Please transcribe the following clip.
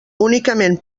únicament